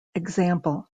example